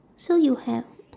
so you have